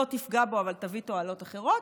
לא תפגע בו אבל תביא תועלות אחרות,